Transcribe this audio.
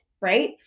right